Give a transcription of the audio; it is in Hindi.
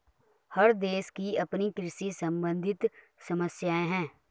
हर देश की अपनी कृषि सम्बंधित समस्याएं हैं